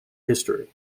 history